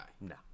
No